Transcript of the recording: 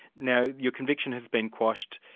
now your conviction has been quashed.